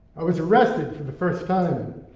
i was arrested for the first time and